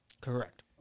Correct